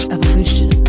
Evolution